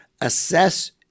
assess